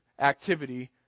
activity